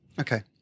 Okay